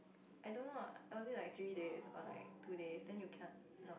I don't know it was it like three days or like two days then you cannot